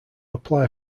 apply